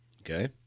Okay